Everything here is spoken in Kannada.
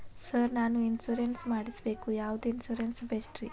ಸರ್ ನಾನು ಇನ್ಶೂರೆನ್ಸ್ ಮಾಡಿಸಬೇಕು ಯಾವ ಇನ್ಶೂರೆನ್ಸ್ ಬೆಸ್ಟ್ರಿ?